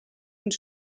und